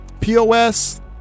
POS